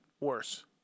worse